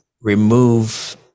remove